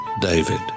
David